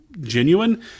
genuine